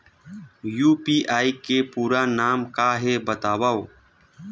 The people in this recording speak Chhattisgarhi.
यू.पी.आई के पूरा नाम का हे बतावव?